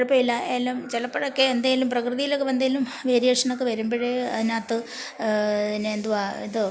കുഴപ്പമില്ല എല്ലം ചെലപ്പൊഴൊക്കെ എന്തേലും പ്രകൃതിയിലൊക്കെ എന്തേലും വെരിയേഷനൊക്കെ വരുമ്പോഴ് അതിനകത്ത് പിന്നെ എന്തുവാ